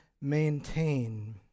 maintain